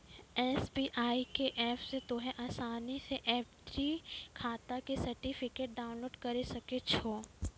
SBI के app से तोंहें असानी से एफ.डी खाता के सर्टिफिकेट डाउनलोड करि सकै छो